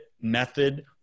Method